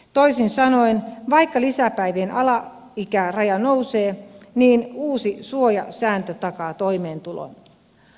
toisin sanoen vaikka lisäpäivien alaikäraja nousee niin uusi suojasääntö takaa toimeentulon